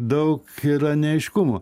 daug yra neaiškumų